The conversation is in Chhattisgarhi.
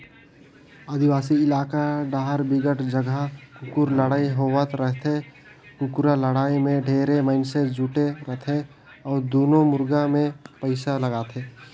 आदिवासी इलाका डाहर बिकट जघा कुकरा लड़ई होवत रहिथे, कुकरा लड़ाई में ढेरे मइनसे जुटे रथे अउ दूनों मुरगा मे पइसा लगाथे